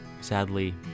Sadly